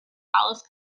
alice